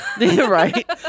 Right